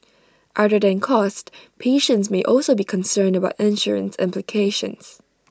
other than cost patients may also be concerned about insurance implications